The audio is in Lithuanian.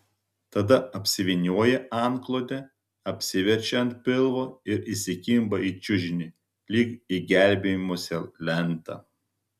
tada apsivynioja antklode apsiverčia ant pilvo ir įsikimba į čiužinį lyg į gelbėjimosi lentą